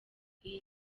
iyi